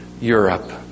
Europe